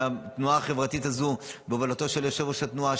התנועה החברתית הזאת בהובלתו של יושב-ראש התנועה,